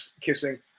kissing